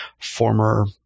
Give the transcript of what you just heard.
former